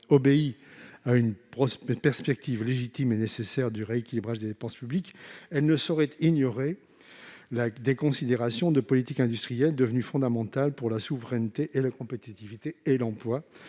obéit à une perspective légitime et nécessaire de rééquilibrage des dépenses publiques, elle ne saurait ignorer des considérations de politique industrielle devenues fondamentales pour notre souveraineté, notre compétitivité et l'emploi